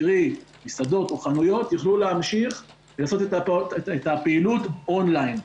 קרי מסעדות וחנויות יוכלו לעשות את הפעילות און ליין.